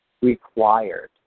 required